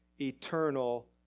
eternal